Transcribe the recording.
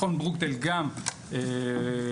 מכון ׳ברוקדייל׳ גם בחן,